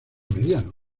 mediano